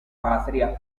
patria